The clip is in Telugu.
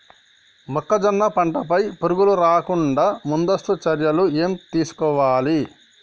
మొక్కజొన్న పంట పై పురుగు రాకుండా ముందస్తు చర్యలు ఏం తీసుకోవాలి?